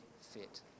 fit